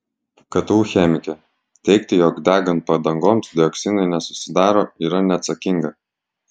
ktu chemikė teigti jog degant padangoms dioksinai nesusidaro yra neatsakinga